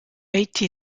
été